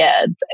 kids